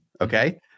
okay